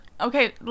Okay